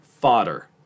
fodder